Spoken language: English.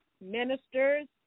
ministers